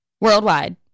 worldwide